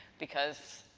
because,